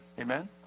Amen